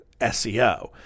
SEO